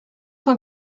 cent